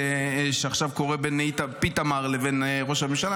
שעכשיו קורים בין פיתמר לבין ראש הממשלה,